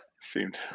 Seemed